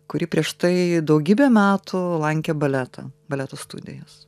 kurį prieš tai daugybę metų lankė baletą baleto studijas